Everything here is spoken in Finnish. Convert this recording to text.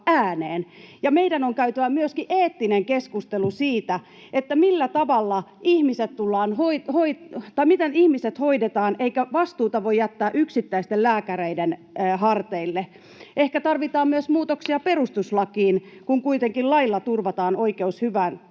meidän on käytävä myöskin eettinen keskustelu siitä, miten ihmiset hoidetaan, eikä vastuuta voi jättää yksittäisten lääkäreiden harteille. Ehkä tarvitaan myös muutoksia perustuslakiin, kun kuitenkin lailla turvataan oikeus hyvään